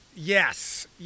Yes